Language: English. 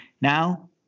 now